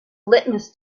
litmus